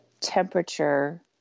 temperature